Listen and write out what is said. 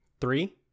Three